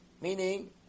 Meaning